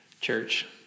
church